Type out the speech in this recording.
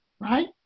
right